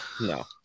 no